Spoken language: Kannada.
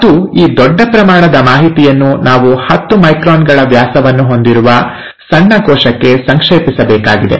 ಮತ್ತು ಈ ದೊಡ್ಡ ಪ್ರಮಾಣದ ಮಾಹಿತಿಯನ್ನು ನಾವು ಹತ್ತು ಮೈಕ್ರಾನ್ ಗಳ ವ್ಯಾಸವನ್ನು ಹೊಂದಿರುವ ಸಣ್ಣ ಕೋಶಕ್ಕೆ ಸಂಕ್ಷೇಪಿಸಬೇಕಾಗಿದೆ